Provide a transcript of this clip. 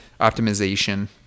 optimization